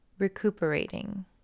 Recuperating